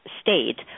state